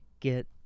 get